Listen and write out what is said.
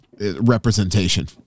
representation